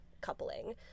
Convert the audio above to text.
coupling